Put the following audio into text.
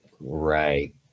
Right